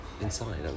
inside